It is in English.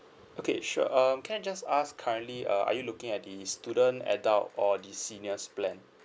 okay sure um can I just ask currently uh are you looking at the student adult or the seniors plan